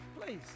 Please